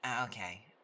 Okay